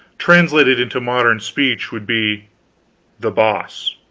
translated into modern speech, would be the boss.